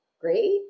great